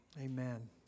Amen